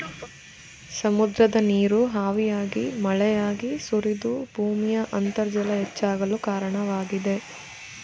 ಸಮುದ್ರದ ನೀರು ಹಾವಿಯಾಗಿ ಮಳೆಯಾಗಿ ಸುರಿದು ಭೂಮಿಯ ಅಂತರ್ಜಲ ಹೆಚ್ಚಾಗಲು ಕಾರಣವಾಗಿದೆ